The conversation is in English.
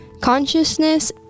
Consciousness